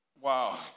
Wow